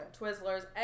Twizzlers